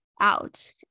out